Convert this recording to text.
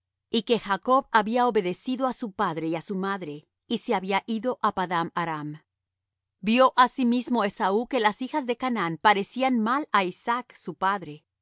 y que jacob había obedecido á su padre y á su madre y se había ido á padan aram vió asimismo esaú que las hijas de canaán parecían mal á isaac su padre